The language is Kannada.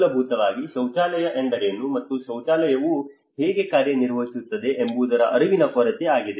ಮೂಲಭೂತವಾಗಿ ಶೌಚಾಲಯ ಎಂದರೇನು ಮತ್ತು ಶೌಚಾಲಯವು ಹೇಗೆ ಕಾರ್ಯನಿರ್ವಹಿಸುತ್ತದೆ ಎಂಬುದರ ಅರಿವಿನ ಕೊರತೆ ಆಗಿದೆ